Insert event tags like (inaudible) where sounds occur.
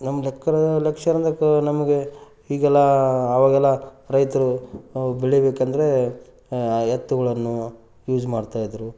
ನಮ್ಮ (unintelligible) ನಮಗೆ ಈಗೆಲ್ಲ ಆವಾಗೆಲ್ಲ ರೈತರು ಬೆಳಿಬೇಕೆಂದ್ರೆ ಎತ್ತುಗಳನ್ನು ಯೂಸ್ ಮಾಡ್ತಾಯಿದ್ದರು